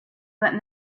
that